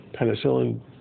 Penicillin